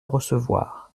recevoir